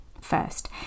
first